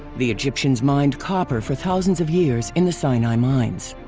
the egyptians mined copper for thousands of years in the sinai mines.